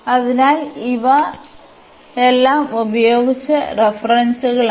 അതിനാൽ ഇവ എല്ലാം ഉപയോഗിച്ച റഫറൻസുകളാണ്